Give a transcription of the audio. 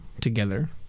together